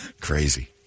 Crazy